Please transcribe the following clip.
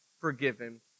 forgiven